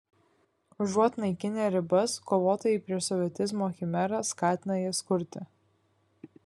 užuot naikinę ribas kovotojai prieš sovietizmo chimerą skatina jas kurti